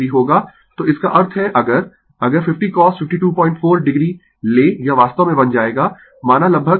तो इसका अर्थ है अगर अगर 50cos524 o लें यह वास्तव में बन जाएगा माना लगभग 305